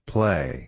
Play